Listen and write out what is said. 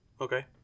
Okay